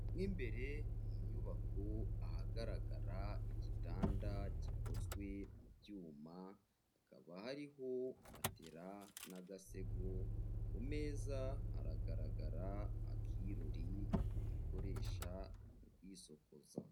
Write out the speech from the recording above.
Mo imbere mu nyubako ahagaragara igitanda gikozwe mu byuma, hakaba hariho matera n'agasego, ku meza haragaragara akirori bikoresha bisokoza.